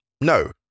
no